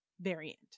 variant